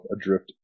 adrift